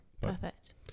Perfect